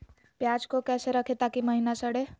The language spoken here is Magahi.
प्याज को कैसे रखे ताकि महिना सड़े?